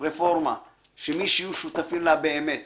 רפורמה שמי שיהיו שותפים לה באמת